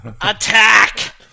Attack